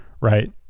right